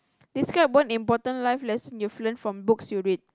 describe one important life lessons you learn from books you read